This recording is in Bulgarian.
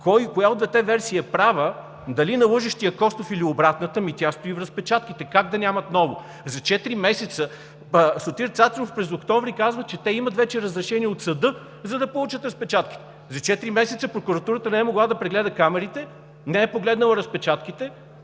коя от двете версии е права – дали на лъжещия Костов, или обратната, ами тя стои в разпечатките. Как да нямат ново за четири месеца? Сотир Цацаров през октомври казва, че те имат вече разрешение от съда, за да получат разпечатките. За четири месеца прокуратурата не е могла да прегледа камерите, не е погледнала разпечатките,